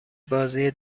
بازی